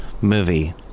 movie